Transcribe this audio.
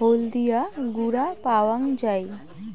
হলদিয়া গুঁড়া পাওয়াং যাই